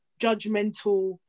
judgmental